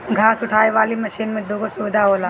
घास उठावे वाली मशीन में दूगो सुविधा होला